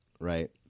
Right